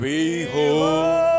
Behold